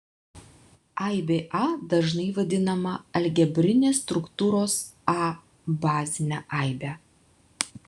aibė a dažnai vadinama algebrinės struktūros a bazine aibe